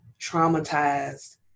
traumatized